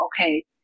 okay